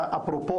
אפרופו,